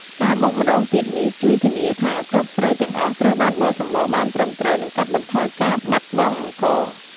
ការបុកម្តងទៀតនេះ ជួយធានាថាគ្រាប់ស្រូវទាំងអស់ត្រូវបានបកសម្បកបានត្រឹមត្រូវ និងកាត់បន្ថយការបាត់បង់អង្ករ។